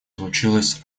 случилось